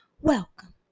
welcome